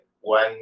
one